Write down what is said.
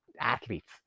athletes